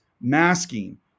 masking